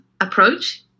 approach